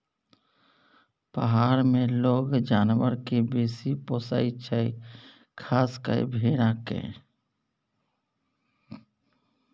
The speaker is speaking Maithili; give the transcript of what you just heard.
पहार मे लोक जानबर केँ बेसी पोसय छै खास कय भेड़ा केँ